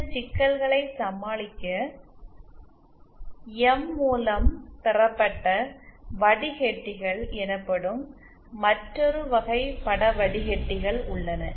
இந்த சிக்கலை சமாளிக்க எம் மூலம் பெறப்பட்ட வடிக்கட்டிகள் எனப்படும் மற்றொரு வகை பட வடிக்கட்டிகள் உள்ளன